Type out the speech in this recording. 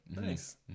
nice